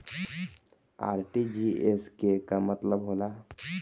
RTGS के का मतलब होला?